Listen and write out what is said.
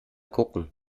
gucken